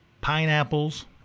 Pineapples